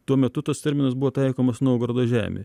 tuo metu tas terminas buvo taikomas naugardo žemei